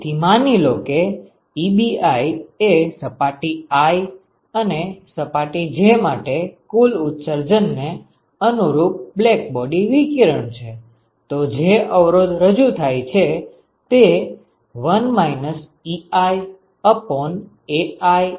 તેથી માની લો કે Ebi એ સપાટી i અને સપાટી j માટે કુલ ઉત્સર્જન ને અનુરૂપ બ્લેકબોડી વિકિરણ છે તો જે અવરોધ રજુ થાય છે તે 1 iAii છે